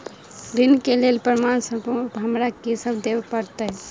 ऋण केँ लेल प्रमाण स्वरूप हमरा की सब देब पड़तय?